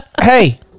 Hey